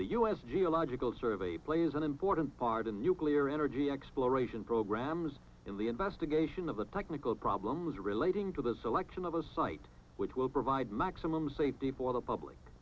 the u s geological survey plays an important part in nuclear energy exploration programs in the investigation of the technical problems relating to the selection of a site which will provide maximum safety board or public